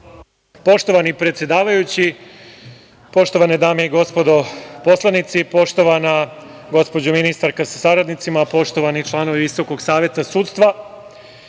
Hvala. Poštovani predsedavajući, poštovane dame i gospodo narodni poslanici, poštovana gospođo ministarka sa saradnicima, poštovani članovi Visokog saveta sudstva,